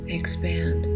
expand